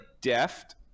deft